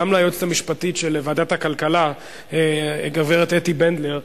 גם ליועצת המשפטית של ועדת הכלכלה גברת אתי בנדלר,